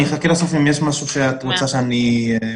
אני אחכה לסוף אם יש משהו שבסיכום את רוצה שאני --- כן,